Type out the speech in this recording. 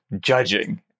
judging